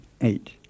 eight